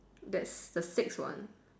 that's the six one